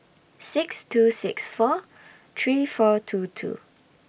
six two six four three four two two